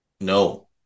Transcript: no